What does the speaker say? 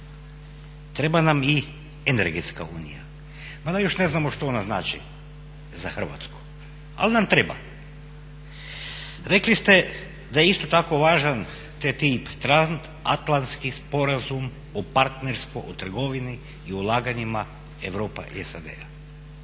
Treba nam i energetska unija. Mada još ne znamo šta ona znači za Hrvatsku ali nam treba. Rekli ste da je isto tako važan TTIP Transatlanski sporazum o partnerstvu o trgovini i ulaganjima Europa i SAD-a.